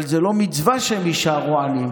אבל זה לא מצווה שהם יישארו עניים,